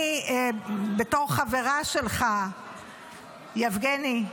אני, בתור חברה שלך, יבגני,